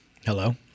Hello